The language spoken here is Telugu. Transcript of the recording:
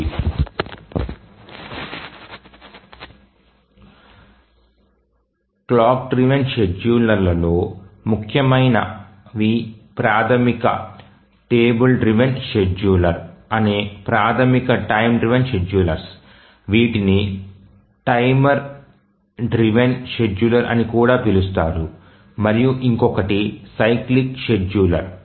Refer SlideTime 0525 clock driven schedulers లలో ముఖ్యమైనవి ప్రాథమిక టేబుల్ డ్రివెన్ షెడ్యూలర్ అనే ప్రాథమిక టైమ్ డ్రివెన్ షెడ్యూలర్స్ వీటిని టైమర్ డ్రివెన్ షెడ్యూలర్ అని కూడా పిలుస్తారు మరియు ఇంకొకటి సైక్లిక్ షెడ్యూలర్